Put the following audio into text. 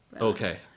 Okay